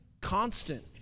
constant